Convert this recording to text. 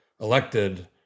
elected